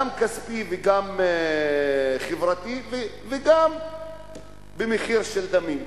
גם כספי וגם חברתי וגם מחיר של דמים?